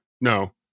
No